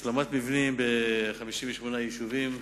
השלמת מבנים ב-58 יישובים.